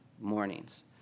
mornings